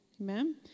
Amen